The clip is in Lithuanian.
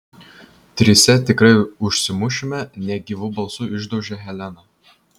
trise tikrai užsimušime negyvu balsu išdaužė helena